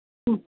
ம்